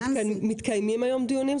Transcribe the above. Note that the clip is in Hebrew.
מתקיימים היום דיונים?